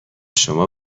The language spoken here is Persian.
شما